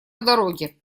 дороге